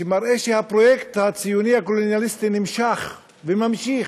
שמראה שהפרויקט הציוני הקולוניאליסטי נמשך וממשיך.